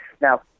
Now